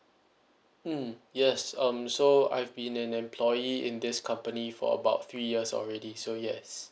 mm yes um so I've been an employee in this company for about three years already so yes